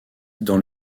dans